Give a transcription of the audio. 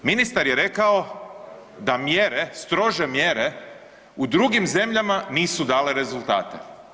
Ministar je rekao da mjere, strože mjere u drugim zemljama nisu dale rezultate.